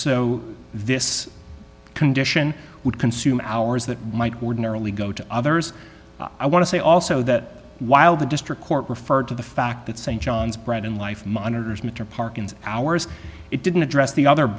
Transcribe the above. so this condition would consume hours that might ordinarily go to others i want to say also that while the district court referred to the fact that st john's bread and life monitors metropark and hours it didn't address the other